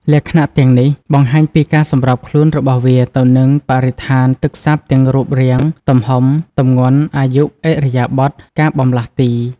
លក្ខណៈទាំងនេះបង្ហាញពីការសម្របខ្លួនរបស់វាទៅនឹងបរិស្ថានទឹកសាបទាំង រូបរាង ទំហំ ទម្ងន់ អាយុ ឥរិយាបថ ការបម្លាស់ទី។